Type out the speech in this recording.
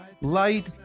light